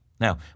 Now